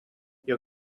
your